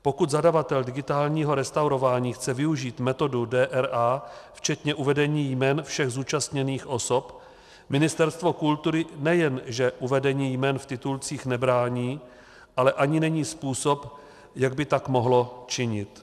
Pokud zadavatel digitálního restaurování chce využít metodu DRA včetně uvedení jmen všech zúčastněných osob, Ministerstvo kultury nejenže uvedení jmen v titulcích nebrání, ale ani není způsob, jak by tak mohlo činit.